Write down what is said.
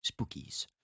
spookies